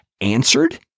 answered